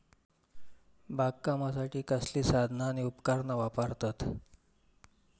बागकामासाठी कसली साधना आणि उपकरणा वापरतत?